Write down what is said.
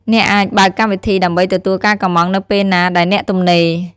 អ្នកអាចបើកកម្មវិធីដើម្បីទទួលការកម្ម៉ង់នៅពេលណាដែលអ្នកទំនេរ។